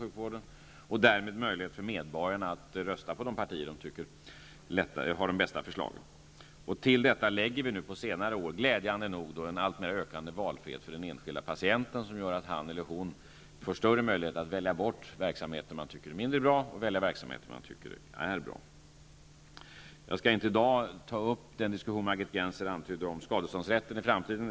Medborgarna har möjligheten att rösta på de partier de tycker har de bästa förslagen. Till detta lägger vi nu på senare år glädjande nog en alltmer ökande valfrihet för den enskilde patienten, större möjligheter att välja verksamheter man tycker är bra och att välja bort verksamheter man tycker är mindre bra. Jag skall inte i dag ta upp den diskussion som Margit Gennser antydde om skadeståndsrätten i framtiden.